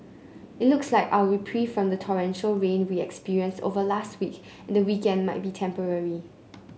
it looks like our reprieve from the torrential rain we experienced over last week and the weekend might be temporary